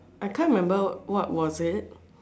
I can't remember what was it